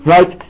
Right